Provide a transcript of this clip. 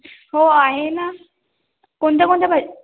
हो आहे ना कोणत्या कोणत्या भाज